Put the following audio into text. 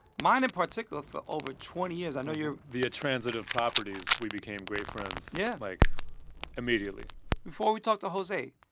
mine in particular for over twenty years. i know you're. via transitive transitive properties, we became great friends. yeah. like immediately before we talk to jose,